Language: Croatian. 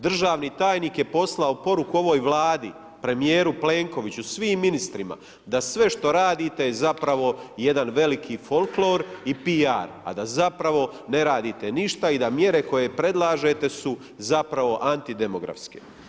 Državni tajnik je poslao poruku ovoj Vladi, premijeru Plenkoviću, svim ministrima da sve što radite je zapravo jedan veliki folklor i PR ada zapravo ne radite ništa i da mjere koje predlažete su zapravo antidemografske.